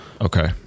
Okay